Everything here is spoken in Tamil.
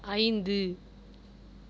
ஐந்து